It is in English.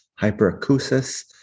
hyperacusis